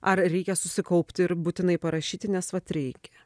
ar reikia susikaupti ir būtinai parašyti nes vat reikia